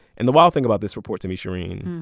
and the wild thing about this report to me, shereen,